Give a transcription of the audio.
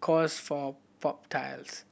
cause for popped tiles